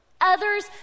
others